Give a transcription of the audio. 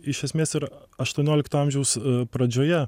iš esmės ir aštuoniolikto amžiaus pradžioje